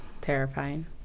terrifying